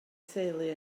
theulu